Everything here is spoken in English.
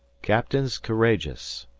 captains courageous,